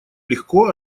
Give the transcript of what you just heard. легко